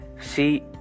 see